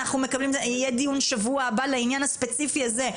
יהיה דיון בשבוע הבא על הענין הספציפי הזה,